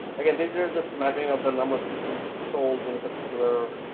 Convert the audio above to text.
again, these are just mapping of the number of systems sold in a particular